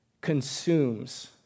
consumes